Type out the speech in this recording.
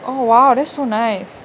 oh !wow! that's so nice